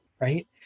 right